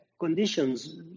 conditions